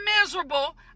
miserable